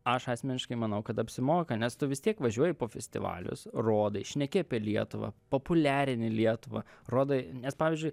aš asmeniškai manau kad apsimoka nes tu vis tiek važiuoji po festivalius rodai šneki apie lietuvą populiarini lietuvą rodai nes pavyzdžiui